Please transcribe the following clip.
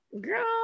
Girl